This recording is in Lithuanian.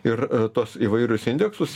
ir tuos įvairius indeksus